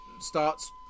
starts